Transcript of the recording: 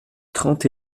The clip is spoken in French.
trente